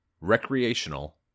recreational